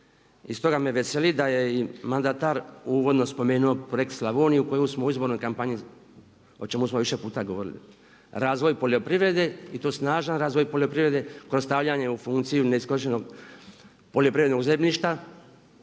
i stoga me veseli da je mandatar uvodno spomenuo projekt Slavoniju koju smo u izbornoj kampanji o čemu smo više puta govorili. Razvoj poljoprivrede i to snažan razvoj poljoprivrede kroz stavljanje u funkciju neiskorištenog poljoprivrednog zemljišta,